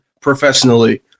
Professionally